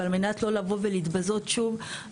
ועל מנת לא לבוא ולהתבזות שוב,